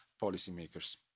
policymakers